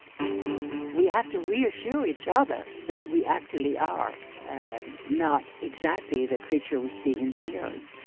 we have to reassure each other that we actually are not exactly the creature we see in the mirrors.